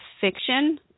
fiction